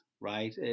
right